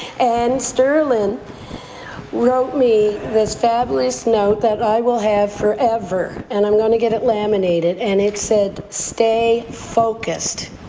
and sterling and wrote me this fabulous note that i will have forever, and i'm going to get it laminated. and it said, stay focused.